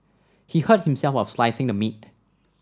he hurt himself while slicing the meat